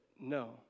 no